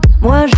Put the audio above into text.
Moi